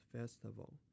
Festival